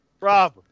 Rob